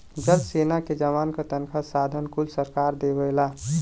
जल सेना के जवान क तनखा साधन कुल सरकारे देवला